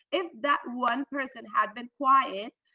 if that one person had been quiet,